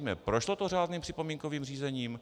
Prošlo to řádným připomínkovým řízením?